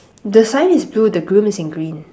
the sign is blue the groom is in green